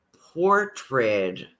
portrait